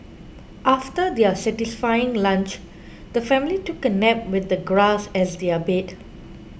after their satisfying lunch the family took a nap with the grass as their bed